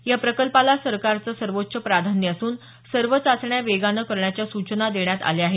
या प्रकल्पाला सरकारचं सर्वोच्च प्राधान्य असून सर्व चाचण्या वेगानं करण्याच्या सूचना देण्यात आल्या आहेत